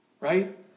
right